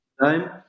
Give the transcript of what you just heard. time